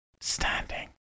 standing